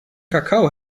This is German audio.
kakao